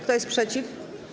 Kto jest przeciw?